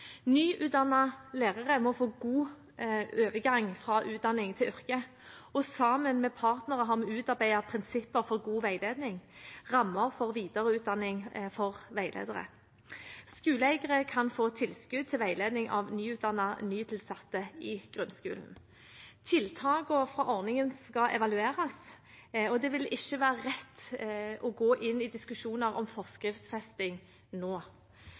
Nyutdannede lærere må få en god overgang fra utdanning til yrke, og sammen med partene har vi utarbeidet prinsipper for god veiledning og rammer for videreutdanning for veiledere. Skoleeiere kan få tilskudd til veiledning av nyutdannede nytilsatte i grunnskolen. Tiltakene fra ordningen skal evalueres, og det vil ikke være rett å gå inn i diskusjoner om forskriftsfesting nå.